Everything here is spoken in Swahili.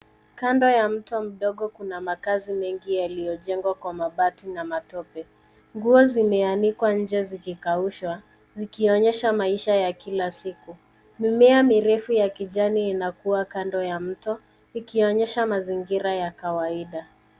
Kando ya mto mdogo kuna makazi mengi yaliyojengwa kwa mabati na matope. Nguo zimeanikwa nje zikikaushwa zikionyesha maisha ya kila siku. Mimea mirefu ya kijani inakua kando ya mto ikionyesha mazingira ya kawaida.